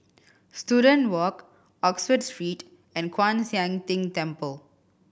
Student Walk Oxford Street and Kwan Siang Tng Temple